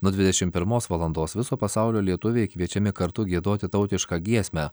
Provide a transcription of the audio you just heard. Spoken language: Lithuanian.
nuo dvidešim pirmos valandos viso pasaulio lietuviai kviečiami kartu giedoti tautišką giesmę